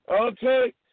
Okay